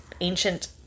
ancient